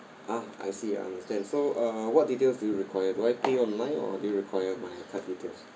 ah I see understand so uh what details do you require do I pay online or do you require my card details